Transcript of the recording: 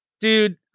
dude